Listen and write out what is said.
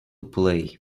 play